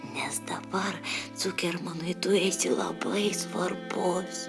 nes dabar cukermanui tu esi labai svarbus